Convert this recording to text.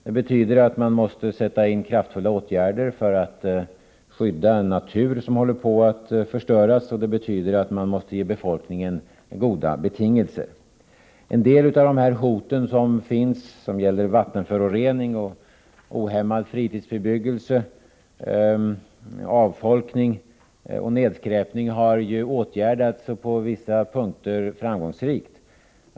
Det betyder att man måste sätta in kraftfulla åtgärder för att skydda natur som håller på att förstöras, och det betyder att man måste ge befolkningen goda betingelser härför. En del av dessa hot — vattenföroreningar, ohämmad fritidsbebyggelse, avfolkning, nedskräpning — har på vissa punkter åtgärdats framgångsrikt.